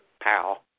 pal